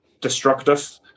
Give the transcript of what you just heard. destructive